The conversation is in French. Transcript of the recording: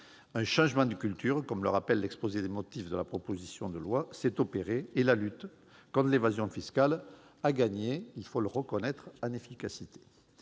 un changement de culture, comme le rappelle l'exposé des motifs de la proposition de loi, s'est opéré et la lutte contre l'évasion fiscale a gagné en efficacité.